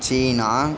China